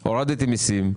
מסים,